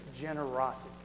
generosity